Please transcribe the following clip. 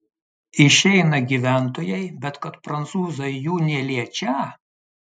išeina gyventojai bet kad prancūzai jų neliečią